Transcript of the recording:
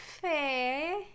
fair